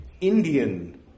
Indian